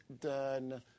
done